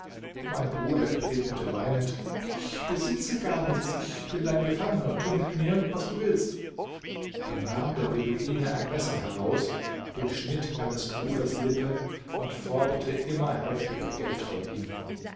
mein bruder entgegnete weinend ich besitze gar nichts ich bin dein gefangener tu mit mir was du willst da nahm der beduine ein messer heraus durchschnitt meines bruders lippe und forderte immer heftiger geld von ihm